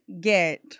get